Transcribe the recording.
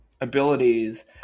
abilities